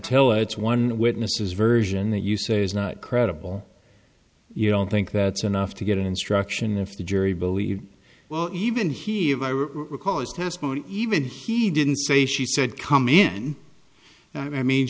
tell it's one witnesses version that you say is not credible you don't think that's enough to get instruction if the jury believes well even here because testimony even he didn't say she said come in i mean